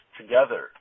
together